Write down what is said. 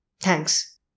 Thanks